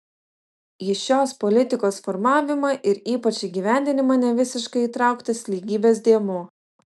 į šios politikos formavimą ir ypač įgyvendinimą nevisiškai įtrauktas lygybės dėmuo